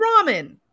ramen